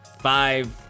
five